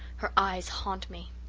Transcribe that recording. her eyes haunt me.